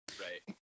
right